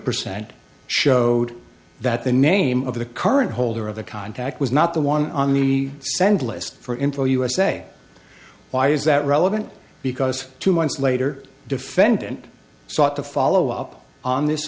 percent showed that the name of the current holder of a contact was not the one on the send list for info usa why is that relevant because two months later defendant sought to follow up on this